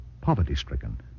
poverty-stricken